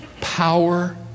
power